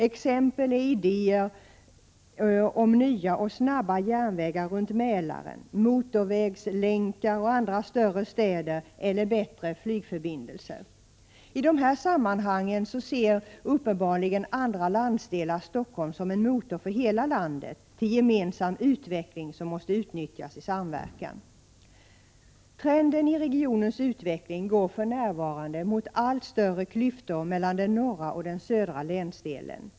Exempel härvidlag är idéer om nya och snabbare järnvägar runt Mälaren, motorvägslänkar med andra större städer eller bättre flygförbindelser. I dessa sammanhang ser uppenbarligen andra landsdelar Stockholm som en motor för hela landet, en källa till gemensam utveckling som måste utnyttjas i samverkan. Trenden i regionens utveckling går för närvarande mot allt större klyftor mellan den norra och den södra länsdelen.